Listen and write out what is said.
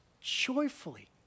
joyfully